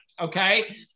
okay